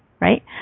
right